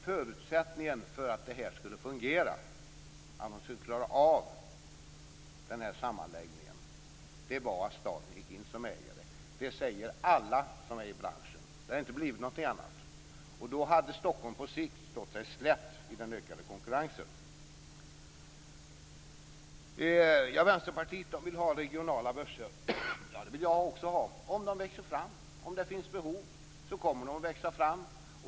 Förutsättningen för att sammanläggningen skulle fungera, Per Bill, var att staten gick in som ägare. Det säger alla som är i branschen. Det hade inte blivit något annat. Då hade Stockholm på sikt stått sig slätt i den ökade konkurrensen. Vänsterpartiet vill ha regionala börser. Det vill jag också ha. Om det finns behov, kommer de att växa fram.